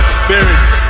spirits